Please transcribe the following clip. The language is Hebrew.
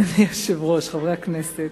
היושב-ראש, חברי הכנסת,